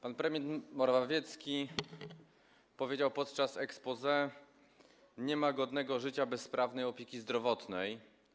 Pan premier Morawiecki powiedział podczas exposé: „Nie ma godnego życia bez sprawnej opieki zdrowotnej”